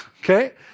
Okay